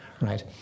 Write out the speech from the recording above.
right